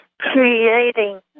creating